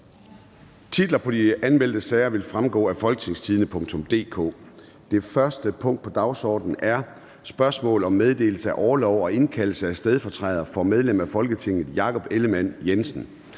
Titler på de anmeldte sager vil fremgå af www.folketingstidende.dk (jf. ovenfor). --- Det første punkt på dagsordenen er: 1) Spørgsmål om meddelelse af orlov til og indkaldelse af stedfortræder for medlem af Folketinget Jakob Ellemann-Jensen